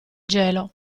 gelo